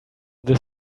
this